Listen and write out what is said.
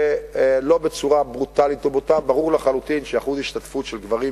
שלא בצורה ברוטלית ובוטה: ברור לחלוטין שאחוז השתתפות של גברים,